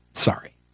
Sorry